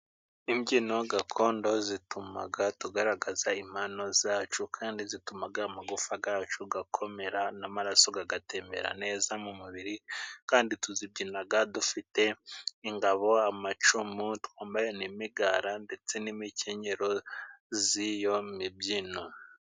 Imbyino gakondo zitumaga tugaragaza impano zacu kandi zitumaga amagufawa gacu gakomera n'amaraso gagatembera neza mu mubiri kandi tuzibyinaga dufite ingabo amacumu twambaye n'imigara ndetse n'imikenyero z'iyo mibyino.